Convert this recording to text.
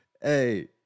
Hey